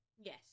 Yes